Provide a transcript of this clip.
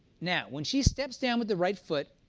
now when she steps down with the right foot,